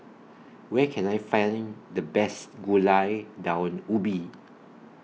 Where Can I Find The Best Gulai Daun Ubi